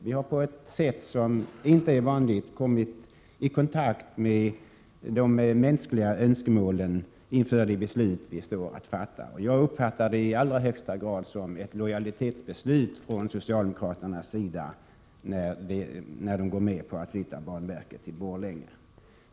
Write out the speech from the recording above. Vi har på ett sätt som inte är vanligt kommit i kontakt med människors önskemål inför det beslut som vi nu står inför att fatta. Jag har uppfattat det i allra högsta grad som ett lojalitetsbeslut från socialdemokraternas sida när de går med på att flytta banverket till Borlänge.